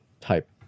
type